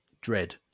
Dread